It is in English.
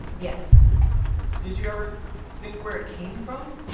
yes did you ever think where it came from?